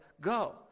go